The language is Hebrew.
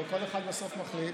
הרי כל אחד בסוף מחליט.